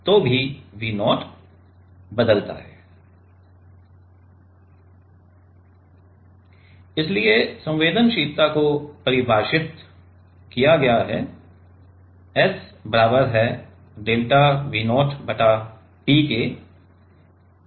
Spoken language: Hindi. संवेदनशीलता बर्स्ट दवाब P है जिस पर तनाव लगाते है Si के लिए वास्तविक एप्लीकेशन में का उपयोग होता है इसलिए संवेदनशीलता को परिभाषित किया गया है S बराबर है डेल्टा V 0 बटा P के